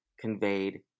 conveyed